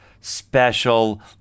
special